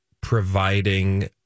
providing